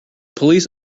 police